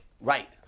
Right